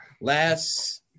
Last